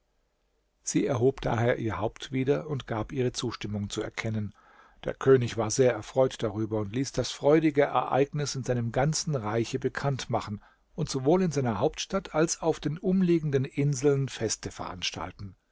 sie erhob daher ihr haupt wieder und gab ihre zustimmung zu erkennen der könig war sehr erfreut darüber und ließ das freudige ereignis in seinem ganzen reiche bekannt machen und sowohl in seiner hauptstadt als auf den umliegenden inseln feste veranstalten